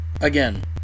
Again